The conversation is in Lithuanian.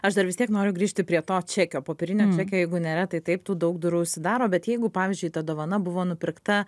aš dar vis tiek noriu grįžti prie to čekio popierinio čekio jeigu nėra tai taip tu daug durų užsidaro bet jeigu pavyzdžiui ta dovana buvo nupirkta